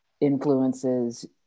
influences